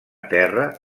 terra